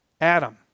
Adam